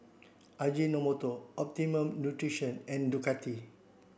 Ajinomoto Optimum Nutrition and Ducati